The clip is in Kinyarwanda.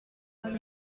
hari